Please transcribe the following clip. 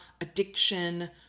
addiction